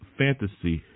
fantasy